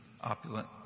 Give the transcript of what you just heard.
opulent